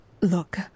Look